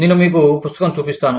నేను మీకు పుస్తకం చూపిస్తాను